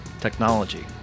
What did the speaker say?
technology